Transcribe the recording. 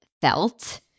felt